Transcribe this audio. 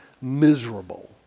miserable